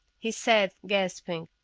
he said, gasping,